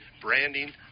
branding